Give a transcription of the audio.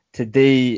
today